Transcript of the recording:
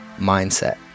mindset